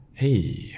Hey